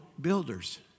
builders